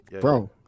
Bro